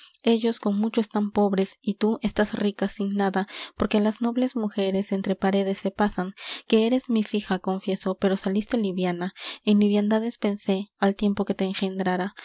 ellos con mucho están pobres y tú estás rica sin nada porque las nobles mujeres entre paredes se pasan que eres mi fija confieso pero saliste liviana en liviandades pensé al tiempo que te engendrara